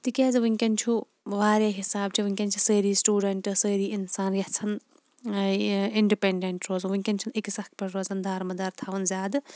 تِکیازِ وٕنکٮ۪ن چھُ واریاہ حِساب چھِ وٕنکٮ۪ن چھِ سٲری سٹوڈَنٹ سٲری اِنسان یَژھان اِنڈِپنڈنٹ روزُن وٕنکٮ۪ن چھِ نہٕ أکِس اکھ پیٹھ روزان دار مَدار تھاوان زیادٕ